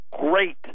great